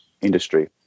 industry